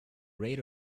rate